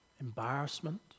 embarrassment